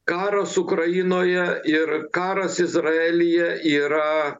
karas ukrainoje ir karas izraelyje yra